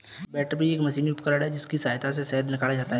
बैटरबी एक मशीनी उपकरण है जिसकी सहायता से शहद निकाला जाता है